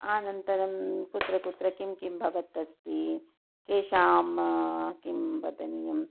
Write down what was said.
आनन्तरं कुत्र कुत्र किं किं भवत् अस्ति केषां किं वदनीयं